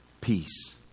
peace